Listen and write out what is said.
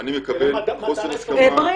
ואני --- תראה מה --- אמר.